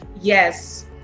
yes